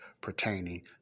pertaining